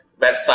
website